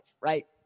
right